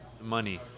money